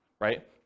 Right